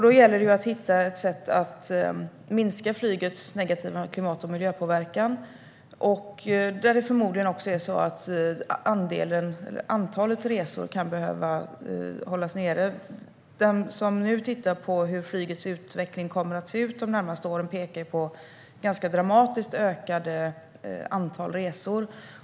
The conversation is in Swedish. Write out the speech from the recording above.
Det gäller att hitta ett sätt att minska flygets negativa klimat och miljöpåverkan. Det är förmodligen också så att antalet resor kan behöva hållas nere. När man tittar på hur flygets utveckling kommer att se ut de närmaste åren pekar det på ett ganska dramatiskt ökat antal resor.